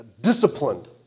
Disciplined